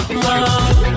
love